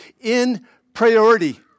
in-priority